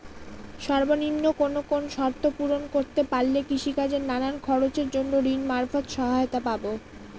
সর্বনিম্ন কোন কোন শর্ত পূরণ করতে পারলে কৃষিকাজের নানান খরচের জন্য ঋণ মারফত সহায়তা পাব?